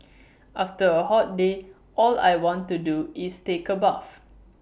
after A hot day all I want to do is take A bath